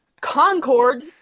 Concord